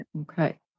Okay